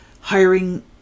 hiring